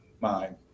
mind